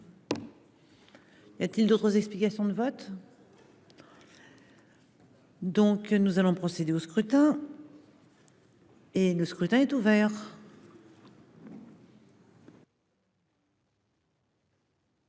Y a-t-il d'autres explications de vote. Donc nous allons procéder au scrutin. Et le scrutin est ouvert.